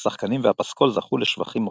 השחקנים והפסקול זכו לשבחים רבים.